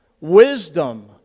wisdom